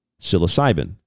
psilocybin